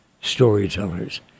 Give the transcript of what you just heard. storytellers